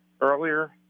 earlier